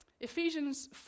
Ephesians